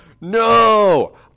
no